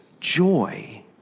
joy